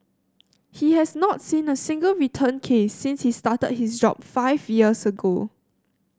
he has not seen a single return case since he started his job five years ago